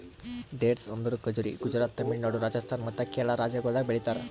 dates ಅಂದುರ್ ಖಜುರಿ ಗುಜರಾತ್, ತಮಿಳುನಾಡು, ರಾಜಸ್ಥಾನ್ ಮತ್ತ ಕೇರಳ ರಾಜ್ಯಗೊಳ್ದಾಗ್ ಬೆಳಿತಾರ್